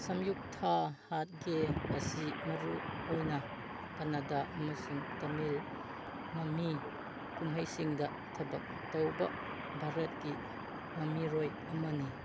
ꯁꯝꯌꯨꯛꯊꯥ ꯍꯥꯠꯒꯦ ꯑꯁꯤ ꯃꯔꯨ ꯑꯣꯏꯅ ꯀꯥꯅꯥꯗꯥ ꯑꯃꯁꯨꯡ ꯇꯥꯃꯤꯜ ꯃꯃꯤ ꯀꯨꯝꯍꯩꯁꯤꯡꯗ ꯊꯕꯛ ꯇꯧꯕ ꯚꯥꯔꯠꯀꯤ ꯃꯃꯤꯔꯣꯏ ꯑꯃꯅꯤ